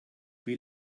wie